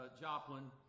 Joplin